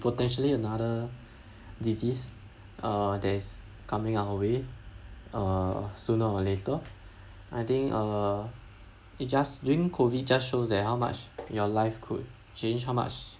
potentially another disease uh that's coming our way uh sooner or later I think uh it just during COVID just show that how much your life could change how much